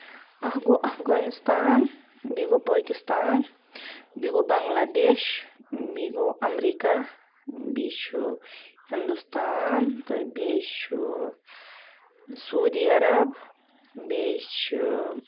اکھ گوٚو اَفغانِستان بیٚیہِ گوٚو پٲکِستان بیٚیہِ گوو بَنگلادیش بیٚیہِ گوو اَمریٖکا بیٚیہِ چھُ ہِندُستان تہٕ بیٚیہِ چھُ سعوٗدی عرب بیٚیہِ چھُ